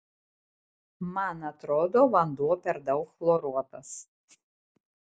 man atrodo vanduo per daug chloruotas